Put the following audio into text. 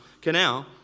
Canal